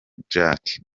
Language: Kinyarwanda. jacques